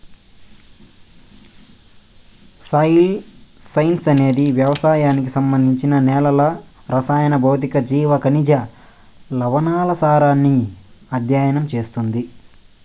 soil science అనేది వ్యవసాయానికి సంబంధించి నేలల రసాయన, భౌతిక, జీవ, ఖనిజ, లవణాల సారాన్ని అధ్యయనం చేస్తుంది